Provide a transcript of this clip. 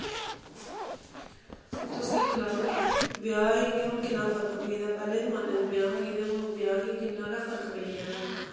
हून तुस दिक्ख लैओ कि ब्याह्एं गै हून किन्ना फर्क पेई गेदा पैह्ले जमान्ने दे ब्याह् गी ते हून ब्याह् गी किन्ना गै फर्क पेई गेदा